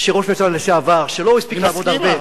שראש ממשלה לשעבר שלא הספיק לעבוד הרבה,